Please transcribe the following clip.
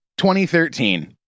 2013